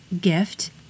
gift